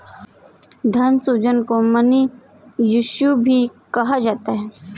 धन सृजन को मनी इश्यू भी कहा जाता है